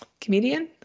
comedian